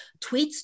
Tweets